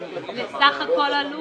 מסך הכול הלול.